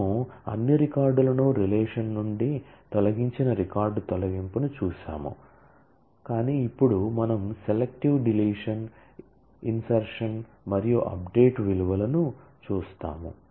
మనము అన్ని రికార్డులను రిలేషన్ నుండి తొలగించిన రికార్డ్ తొలగింపును చూశాము కాని ఇప్పుడు మనం సెలెక్టివ్ డిలీషన్ ఇన్సర్షన్ విలువల ను చూస్తాము